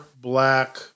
black